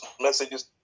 messages